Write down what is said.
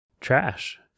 trash